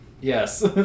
Yes